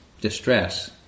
distress